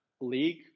league